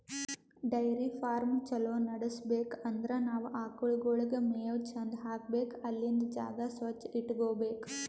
dairy farm ಛಲೋ ನಡ್ಸ್ಬೇಕ್ ಅಂದ್ರ ನಾವ್ ಆಕಳ್ಗೋಳಿಗ್ ಮೇವ್ ಚಂದ್ ಹಾಕ್ಬೇಕ್ ಅಲ್ಲಿಂದ್ ಜಾಗ ಸ್ವಚ್ಚ್ ಇಟಗೋಬೇಕ್